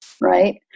right